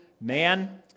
man